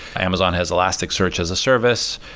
amazon has elasticsearch as a service.